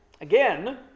Again